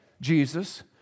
Jesus